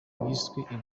bwiswe